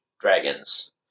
dragons